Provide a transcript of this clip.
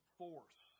force